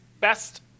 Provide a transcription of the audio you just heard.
best